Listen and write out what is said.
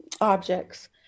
objects